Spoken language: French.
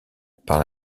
par